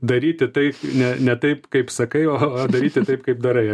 daryti taip ne ne taip kaip sakai o daryti taip kaip darai